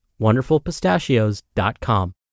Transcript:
wonderfulpistachios.com